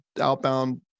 outbound